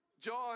John